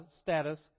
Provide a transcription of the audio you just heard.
status